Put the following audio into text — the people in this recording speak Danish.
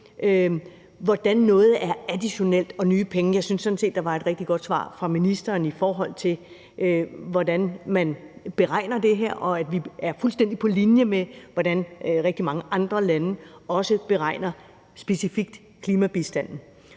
hvordan noget er additionelt og nye penge, vil jeg sige, at jeg sådan set synes, der var et rigtig godt svar fra ministeren, i forhold til hvordan man beregner det her, og at vi er fuldstændig på linje med, hvordan rigtig mange andre lande også beregner klimabistanden